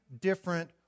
different